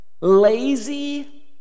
lazy